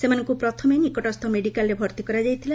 ସେମାନଙ୍କୁ ପ୍ରଥମେ ନିକଟସ୍ଥ ମେଡିକାଲରେ ଭର୍ତ୍ତି କରାଯାଇଥିଲା